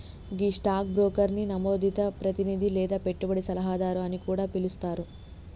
గీ stock బ్రోకర్ని నమోదిత ప్రతినిధి లేదా పెట్టుబడి సలహాదారు అని కూడా పిలుస్తారు